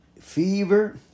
Fever